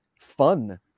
fun